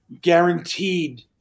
guaranteed